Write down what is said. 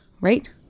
right